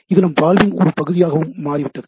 இது நம் வாழ்வின் ஒரு பகுதியாகவும் மாறிவிட்டது